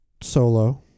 Solo